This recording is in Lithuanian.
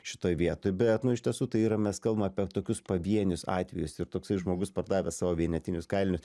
šitoj vietoj bet nu iš tiesų tai yra mes kalbam apie tokius pavienius atvejus ir toksai žmogus pardavęs savo vienetinius kailinius